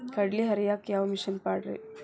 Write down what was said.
ಕಡ್ಲಿ ಹರಿಯಾಕ ಯಾವ ಮಿಷನ್ ಪಾಡ್ರೇ?